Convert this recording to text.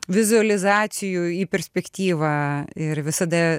vizualizacijų į perspektyvą ir visada